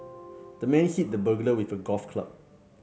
the man hit the burglar with a golf club